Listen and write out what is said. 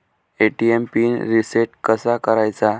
ATM PIN reset कसा करायचा?